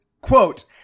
quote